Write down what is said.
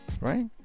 right